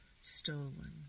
stolen